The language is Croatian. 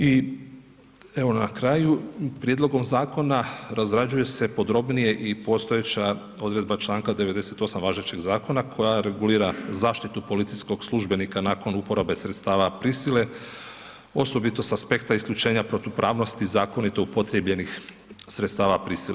I evo na kraju, prijedlogom zakona, razrađuje se podrobnije i postojeća odredba čl. 98. važećeg zakona koja regulira zaštitu policijskog službenika nakon uporaba sredstava prisile, osobito s aspekta isključenja protupravnosti zakonito upotrijebljenih sredstava prisile.